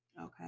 Okay